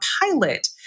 pilot